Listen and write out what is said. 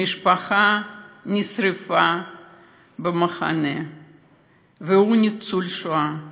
משפחתו נשרפה במחנה והוא ניצול שואה,